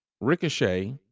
Ricochet